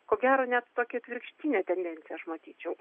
ko gero net tokia atvirkštinę tendenciją aš matyčiau